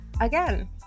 again